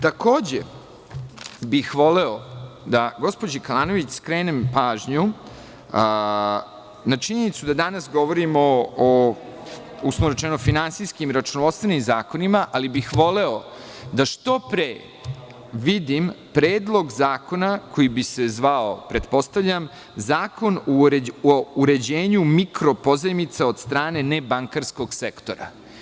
Takođe bih voleo da gospođi Kalanović skrenem pažnju na činjenicu da danas govorimo o uslovno rečeno finanskijskim i računovodstvenim zakonima, ali bih voleo da što pre vidim Predlog zakona koji bi se zvao, pretpostavljam, zakon o uređenju mikro pozajmica od strane nebankarskog sektora.